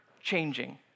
changing